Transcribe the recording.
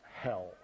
hell